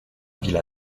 villa